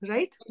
Right